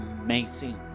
amazing